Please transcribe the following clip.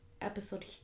episode